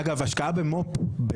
אגב השקעה במו"פ,